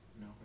No